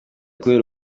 kubera